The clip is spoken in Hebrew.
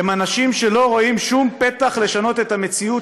הם אנשים שלא רואים שום פתח לשנות את המציאות